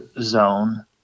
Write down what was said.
zone